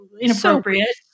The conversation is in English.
inappropriate